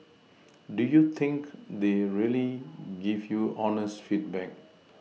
do you think they'd really give you honest feedback